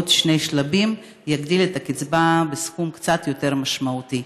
עוד שני שלבים יגדילו את הקצבה בסכום קצת יותר משמעותי.